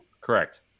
Correct